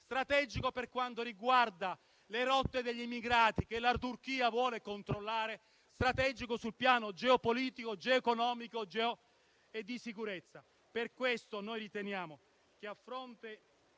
strategico per quanto riguarda le rotte degli immigrati, che la Turchia vuole controllare; strategico sul piano geopolitico, geoeconomico e di sicurezza. Per questo, a fronte